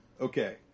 Okay